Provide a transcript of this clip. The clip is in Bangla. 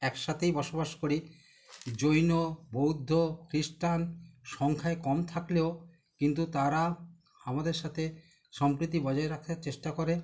এক সাতেই বসবাস করি জৈন বৌদ্ধ খ্রিস্টান সংখ্যায় কম থাকলেও কিন্তু তারা আমাদের সাথে সম্প্রীতি বজায় রাখার চেষ্টা করে